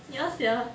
ya sia